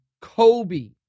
Kobe